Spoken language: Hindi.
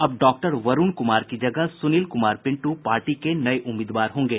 अब डॉक्टर वरूण कुमार की जगह सुनील कुमार पिंटू पार्टी के नये उम्मीदवार होंगे